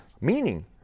meaning